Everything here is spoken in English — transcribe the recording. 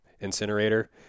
Incinerator